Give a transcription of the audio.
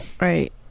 Right